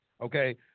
Okay